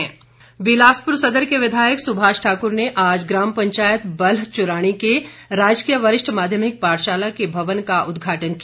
सुभाष ठाकुर बिलासपुर सदर के विधायक सुभाष ठाकुर ने आज ग्राम पंचायत बल्ह चुराणी के राजकीय वरिष्ठ माध्यमिक पाठशाला के भवन का उद्घाटन किया